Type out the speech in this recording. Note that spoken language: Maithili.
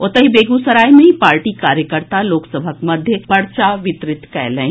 ओतहि बेगूसराय मे पार्टी कार्यकर्ता लोक सभक मध्य पर्चा वितरित कएलनि